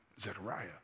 Zechariah